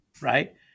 right